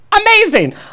amazing